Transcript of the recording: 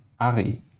Ari